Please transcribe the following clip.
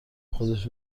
خودش